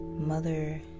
mother